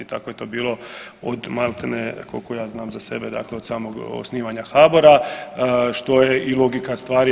Tako je to bilo od maltene koliko ja znam za sebe dakle od samog osnivanja HBOR-a, što je i logika stvari.